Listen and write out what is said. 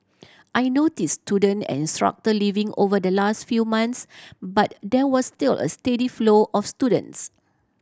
I notice student and structor leaving over the last few months but there was still a steady flow of students